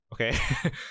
okay